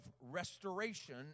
restoration